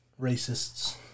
racists